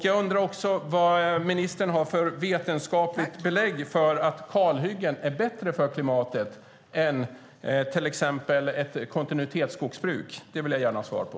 Jag undrar också vad ministern har för vetenskapligt belägg för att kalhyggen är bättre för klimatet än till exempel kontinuitetsskogsbruk. Det vill jag gärna ha svar på.